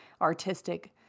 artistic